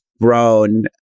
grown